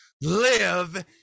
live